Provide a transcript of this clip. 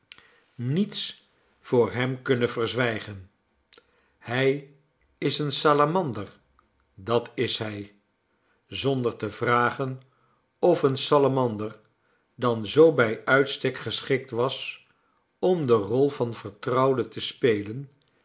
niets voor hem kunnen verzwijgen hij is een salamander dat is hij zonder te vragen of een salamander dan zoo bij uitstek geschikt was om de rol van vertrouwde te spelen